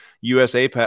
USA